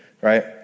right